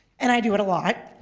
and i do it a lot.